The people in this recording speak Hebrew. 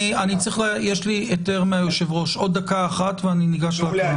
עוד דקה אחת ואני ניגש להקראה.